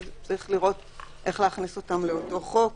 ויש לראות כיצד להכניס אותם לתוך חוק,